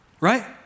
Right